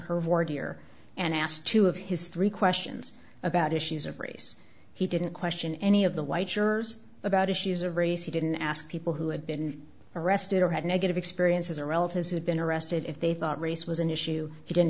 her board here and asked two of his three questions about issues of race he didn't question any of the white jurors about issues of race he didn't ask people who had been arrested or had negative experiences or relatives who had been arrested if they thought race was an issue he didn't